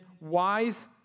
wise